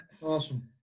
Awesome